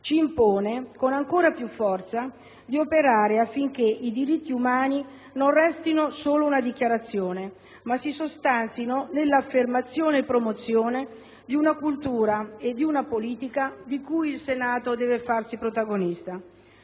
ci impone, con ancora più forza, di operare affinché i diritti umani non restino solo una dichiarazione, ma si sostanzino nell'affermazione e promozione di una cultura e di una politica di cui il Senato deve farsi protagonista.